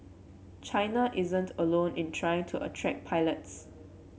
China isn't alone in trying to attract pilots